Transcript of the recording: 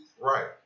Right